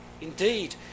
Indeed